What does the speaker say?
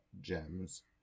gems